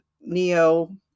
Neo